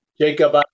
Jacob